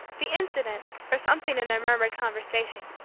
the incident, or something in their murmured conversation,